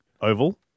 oval